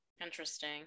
Interesting